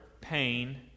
pain